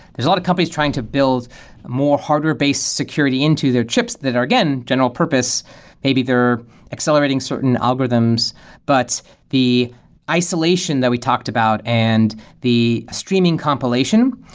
there's a lot of companies trying to build more hardware-based security into their chips that are again, general-purpose. maybe they're accelerating certain algorithms but the isolation that we talked about and the streaming compilation,